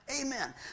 Amen